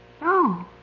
No